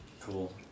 Cool